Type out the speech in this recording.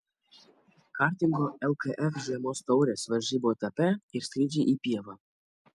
kartingo lkf žiemos taurės varžybų etape ir skrydžiai į pievą